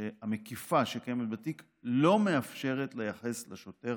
המקיפה שקיימת בתיק לא מאפשרת לייחס לשוטר